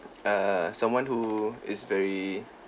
err someone who is very